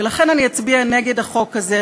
ולכן אני אצביע נגד החוק הזה.